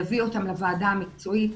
נביא אותם לוועדה המקצועית.